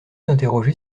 interroger